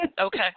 Okay